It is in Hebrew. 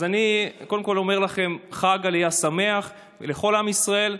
אני קודם כול אומר לכם: חג עלייה שמח לכל עם ישראל.